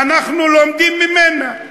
ואנחנו לומדים ממנה.